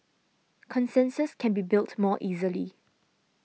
consensus can be built more easily